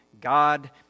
God